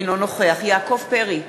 אינו נוכח יעקב פרי,